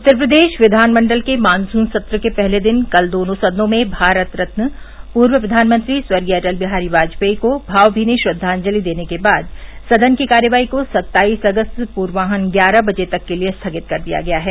उत्तर प्रदेश विधानमंडल के मानसून सत्र के पहले दिन कल दोनों सदनों में भारत रत्न पूर्व प्रघानमंत्री स्वर्गीय अटल बिहारी वाजपेई को भावभीनी श्रद्वाजलि देने के बाद सदन की कार्यवाही को सत्ताईस अगस्त पूर्वान्ह ग्यारह बजे तक के लिए स्थगित कर दिया गया है